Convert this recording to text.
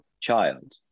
child